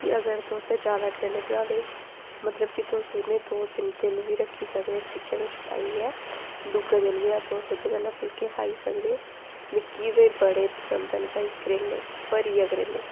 कि अगर तुस जैदा करेले बना दे मतलब कि तुस उ'नेंगी दो तिन्न दिन बी रक्खी सकदे फ्रिज बिच लाइयै दुऐ दिन बी तुस ओह्दे कन्नै फुलके खाई सकदे मिगी ते बड़े पसंद न भाई करेले भरियै करेले